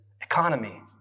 economy